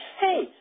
Hey